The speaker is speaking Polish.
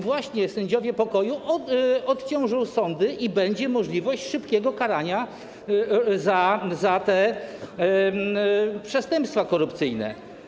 Właśnie sędziowie pokoju odciążą sądy i będzie możliwość szybkiego karania za przestępstwa korupcyjne.